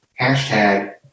Hashtag